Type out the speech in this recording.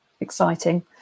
exciting